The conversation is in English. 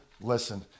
listen